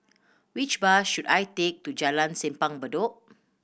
which bus should I take to Jalan Simpang Bedok